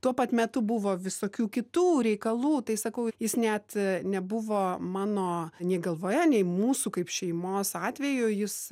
tuo pat metu buvo visokių kitų reikalų tai sakau jis net nebuvo mano nei galvoje nei mūsų kaip šeimos atveju jis